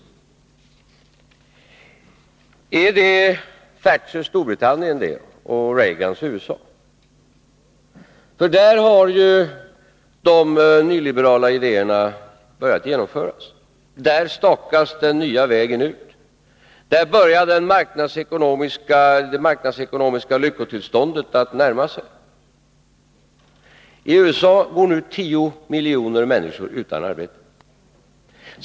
Gäller det Thatchers Storbritannien och Reagans USA? Där har ju de nyliberala idéerna börjat genomföras. Där stakas den nya vägen ut. Där börjar det marknadsekonomiska lyckotillståndet att närma sig. I USA går nu 10 miljoner människor utan arbete.